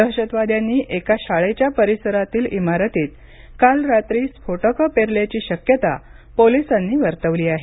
दहशतवाद्यांनी एका शाळेच्या परिसरातील इमारतीत काल रात्री स्फोटकं पेरल्याची शक्यता पोलिसांनी वर्तवली आहे